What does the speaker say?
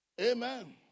Amen